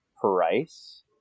price